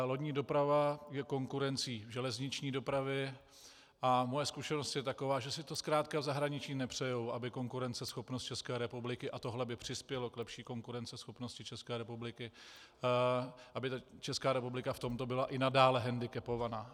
Lodní doprava je konkurencí železniční dopravy a moje zkušenost je taková, že si to zkrátka v zahraničí nepřejí, aby konkurenceschopnost České republiky a tohle by přispělo k lepší konkurenceschopnosti České republiky aby Česká republika v tomto byla i nadále hendikepovaná.